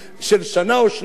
של שנה או שנתיים,